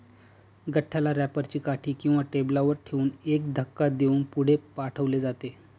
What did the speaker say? गठ्ठ्याला रॅपर ची काठी किंवा टेबलावर ठेवून एक धक्का देऊन पुढे पाठवले जाते